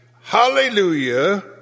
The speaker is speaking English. hallelujah